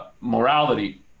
morality